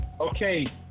okay